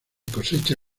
cosecha